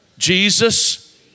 Jesus